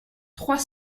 trois